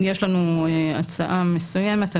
יש לנו הצעה מסוימת.